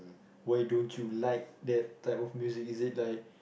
why don't you like that type of music is it like